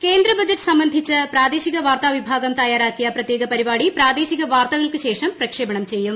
പ്രക്ഷേപണം കേന്ദ്രബജറ്റ് സംബന്ധിച്ച് പ്രാദേശിക വാർത്താ വിഭാഗം തയ്യാറാക്കിയ പ്രത്യേക പരിപാടി പ്രാദേശിക വാർത്തകൾക്ക് ശേഷം പ്രക്ഷേപണം ചെയ്യും